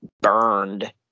burned